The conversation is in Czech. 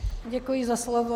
Děkuji za slovo.